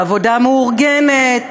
בעבודה מאורגנת,